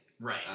Right